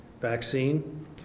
vaccine